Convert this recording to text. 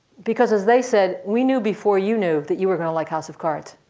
because as they said, we knew before you knew that you were going to like house of cards.